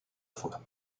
fois